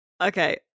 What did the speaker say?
Okay